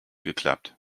geklappt